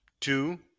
Two